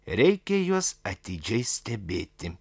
reikia juos atidžiai stebėti